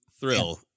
thrill